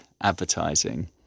advertising